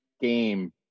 game